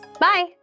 Bye